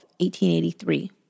1883